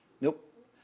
Nope